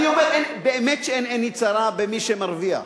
באמת שאין עיני צרה במי שמרוויח.